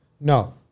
No